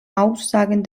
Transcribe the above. aussagen